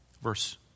verse